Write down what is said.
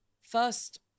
first